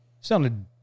Sounded